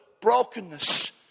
brokenness